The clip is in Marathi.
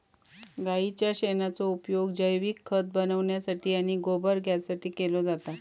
गाईच्या शेणाचो उपयोग जैविक खत बनवण्यासाठी आणि गोबर गॅससाठी केलो जाता